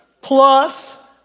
plus